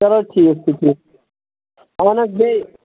چلو ٹھیٖک چھُ ٹھیٖک چھُ اَہَن حظ بیٚیہِ